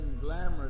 glamorous